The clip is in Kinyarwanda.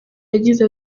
yagize